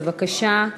בבקשה.